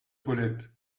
paulette